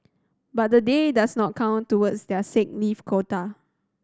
but the day does not count towards their sick leave quota